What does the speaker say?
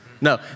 No